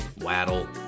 Waddle